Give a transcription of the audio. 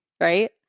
right